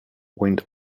went